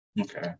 Okay